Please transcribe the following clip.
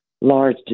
large